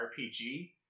RPG